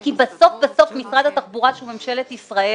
כי בסוף-בסוף משרד התחבורה של מממשלת ישראל